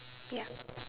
yup